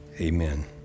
amen